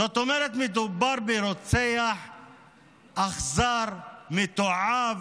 זאת אומרת מדובר ברוצח אכזר, מתועב,